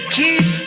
keep